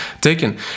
taken